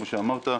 כפי שאמרת,